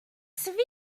severe